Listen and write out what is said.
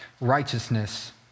righteousness